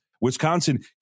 Wisconsin